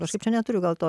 kažkaip čia neturiu gal to